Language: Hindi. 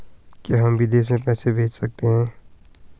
क्या हम विदेश में पैसे भेज सकते हैं?